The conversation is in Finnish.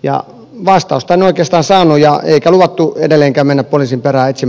ja vastaus pelkästään sanoja eikä luvattu edelleenkään mennä poliisin päräytsin